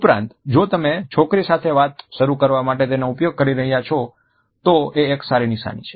ઉપરાંત જો તમે છોકરી સાથે વાત શરુ કરવા માટે તેનો ઉપયોગ કરી રહ્યા છો તો એ એક સારી નિશાની છે